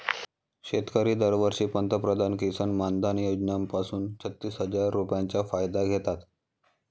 शेतकरी दरवर्षी पंतप्रधान किसन मानधन योजना पासून छत्तीस हजार रुपयांचा फायदा घेतात